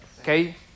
Okay